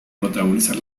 protagonizar